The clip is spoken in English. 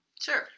Sure